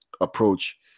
approach